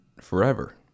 forever